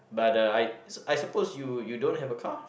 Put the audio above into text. but the I I suppose you you don't have a car